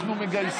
מה בוועדה?